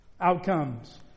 outcomes